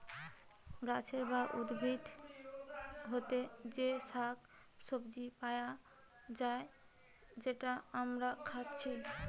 গাছের বা উদ্ভিদ হোতে যে শাক সবজি পায়া যায় যেটা আমরা খাচ্ছি